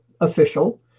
official